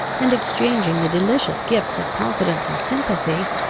and exchanging the delicious gifts of confidence and sympathy,